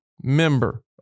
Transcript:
member